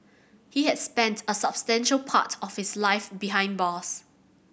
he had spent a substantial part of his life behind bars